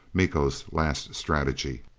miko's last strategy.